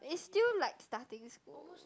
is still like starting school